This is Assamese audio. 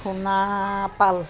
সোনা পাল